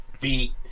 Beat